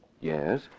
Yes